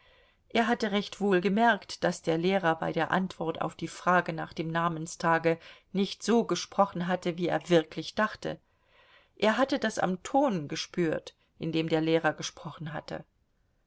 er hatte recht wohl gemerkt daß der lehrer bei der antwort auf die frage nach dem namenstage nicht so gesprochen hatte wie er wirklich dachte er hatte das am ton gespürt in dem der lehrer gesprochen hatte